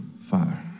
Father